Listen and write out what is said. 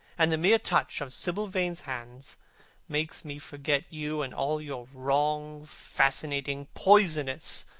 and the mere touch of sibyl vane's hand makes me forget you and all your wrong, fascinating, poisonous,